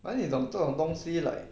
but then 你懂这种东西 like